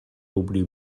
obrir